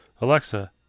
Alexa